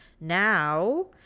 Now